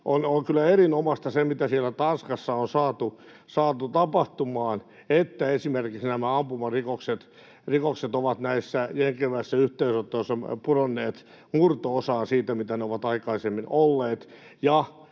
erinomaista, mitä siellä Tanskassa on saatu tapahtumaan, niin että esimerkiksi ampumarikokset ovat jengien välisissä yhteenotoissa pudonneet murto-osaan siitä, mitä ne ovat aikaisemmin olleet.